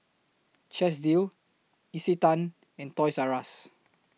Chesdale Isetan and Toys R US